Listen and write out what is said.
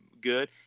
good